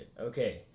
Okay